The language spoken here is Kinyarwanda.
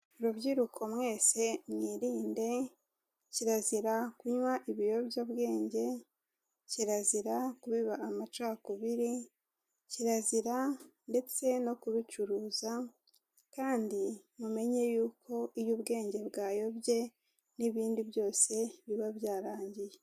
Rubyiruko mwese mwirinde, kirazira kunywa ibiyobyabwenge, kirazira kubiba amacakubiri, kirazira ndetse no kubicuruza kandi mumenye yuko iyo ubwenge bwayobye n'ibindi byose biba byarangiye.